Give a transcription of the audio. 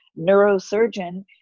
neurosurgeon